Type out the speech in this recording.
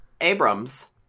Abrams